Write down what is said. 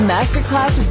Masterclass